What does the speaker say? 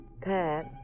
Pat